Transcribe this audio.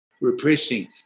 repressing